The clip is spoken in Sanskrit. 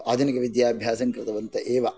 आधुनिकविद्याभ्यासं कृतवन्त एव